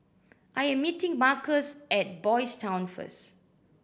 I am meeting Marcus at Boys' Town first